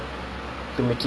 ya true